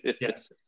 Yes